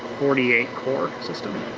forty eight core system.